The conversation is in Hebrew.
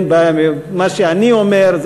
מה שאני אומר,